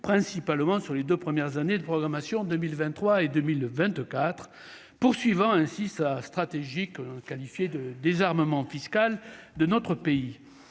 principalement sur les 2 premières années de programmation 2023 et 2024, poursuivant ainsi sa stratégique qualifié de désarmement fiscal de notre pays